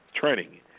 Training